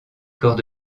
corps